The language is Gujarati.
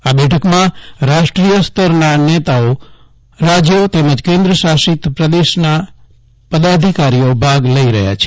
આ બેઠકમાં રાષ્ટ્રીય સ્તરના નેતા રાજ્યો તેમજ કેન્દ્ર સાશિત પ્રદેશના પદાઅધિકારીઓ ભાગ લઇ રહ્યા છે